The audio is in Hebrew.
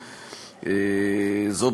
זאת,